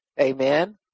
amen